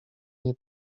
nie